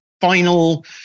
final